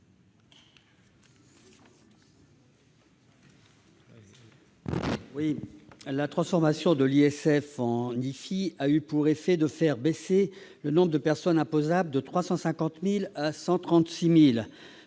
La transformation de l'ISF en IFI a eu pour effet de faire baisser le nombre des redevables de 350 000 à 136 000.